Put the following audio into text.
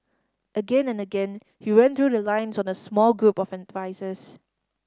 again and again he ran through the lines on a small group of advisers